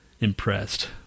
impressed